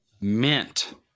Mint